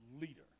leader